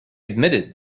admitted